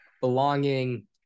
Belonging